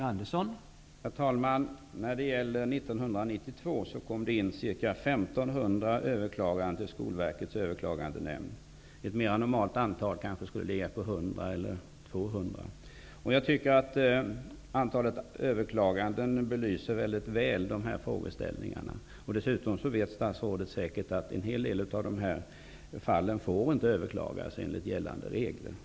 Herr talman! År 1992 kom ca 1 500 överklaganden in till Skolverkets överklagandenämnd. Ett mera normalt antal skulle kanske ha varit 100 eller 200. Jag tycker att antalet överklaganden belyser väldigt väl dessa frågor. Dessutom vet statsrådet säkert att en hel del av besluten inte får överklagas enligt gällande regler.